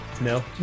No